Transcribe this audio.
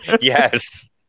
Yes